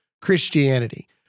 Christianity